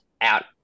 out